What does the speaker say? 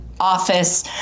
office